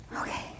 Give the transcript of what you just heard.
Okay